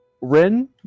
Rin